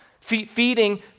feeding